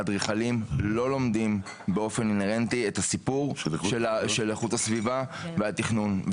אדריכלים לא לומדים באופן אינהרנטי את הסיפור של איכות הסביבה והתכנון.